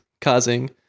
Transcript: causing